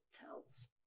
tells